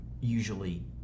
usually